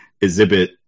exhibit